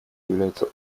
является